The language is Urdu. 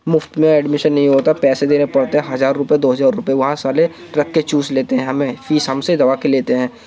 مفت میں ایڈمیشن نہیں ہوتا پیسے دینے پڑتے ہیں ہزار روپئے دو ہزار روپئے وہاں سالے رکھ کے چوس لیتے ہیں ہمیں فیس ہم سے دبا کے لیتے ہیں